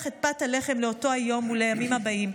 את פת הלחם לאותו היום ולימים הבאים.